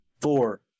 Four